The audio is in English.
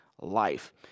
life